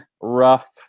rough